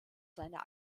seiner